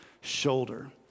shoulder